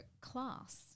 class